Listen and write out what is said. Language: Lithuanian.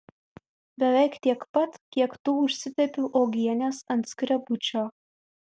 beveik tiek pat kiek tu užsitepi uogienės ant skrebučio